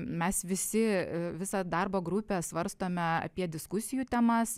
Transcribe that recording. mes visi visa darbo grupė svarstome apie diskusijų temas